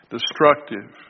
Destructive